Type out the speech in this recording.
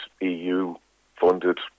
EU-funded